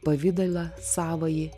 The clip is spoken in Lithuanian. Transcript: pavidalą savąjį